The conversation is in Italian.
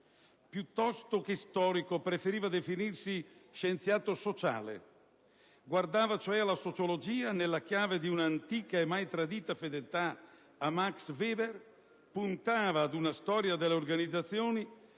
Piuttosto che storico preferiva definirsi «scienziato sociale»: guardava cioè alla sociologia nella chiave di un'antica e mai tradita fedeltà a Max Weber; puntava ad una storia delle organizzazioni